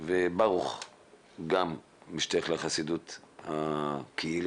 רוצים כאן ועכשיו לקבל תשובות על דברים בהולים בגלל הקורונה.